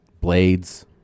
blades